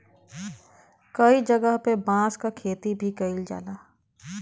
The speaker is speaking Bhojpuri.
कई जगह पे बांस क खेती भी कईल जाला